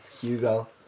Hugo